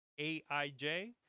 AIJ